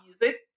music